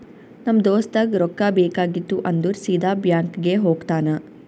ನಮ್ ದೋಸ್ತಗ್ ರೊಕ್ಕಾ ಬೇಕಿತ್ತು ಅಂದುರ್ ಸೀದಾ ಬ್ಯಾಂಕ್ಗೆ ಹೋಗ್ತಾನ